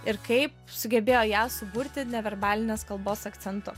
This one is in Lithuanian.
ir kaip sugebėjo ją suburti neverbalinės kalbos akcentu